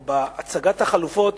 או בהצגת החלופות,